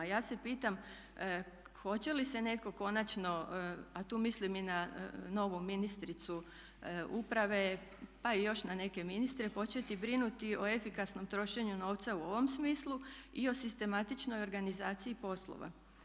Ja se pitam hoće li se netko konačno, a tu mislim i na novu ministricu uprave pa i još na neke ministre, početi brinuti o efikasnom trošenju novca u ovom smislu i o sistematičnoj organizaciji poslova.